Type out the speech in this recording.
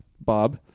Bob